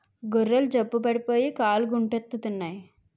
గొర్రెలు జబ్బు పడిపోయి కాలుగుంటెత్తన్నాయి